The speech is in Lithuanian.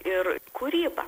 ir kūryba